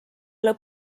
ole